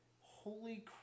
Holy